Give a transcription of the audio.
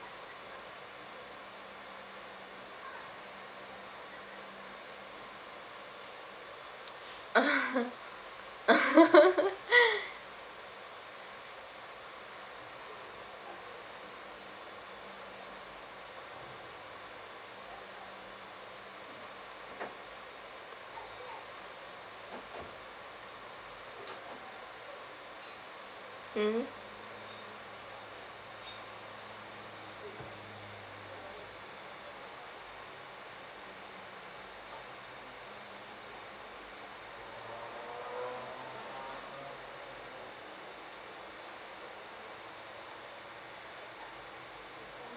mm